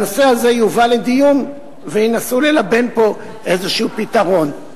הנושא הזה יובא לדיון וינסו ללבן פה איזה פתרון.